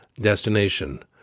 destination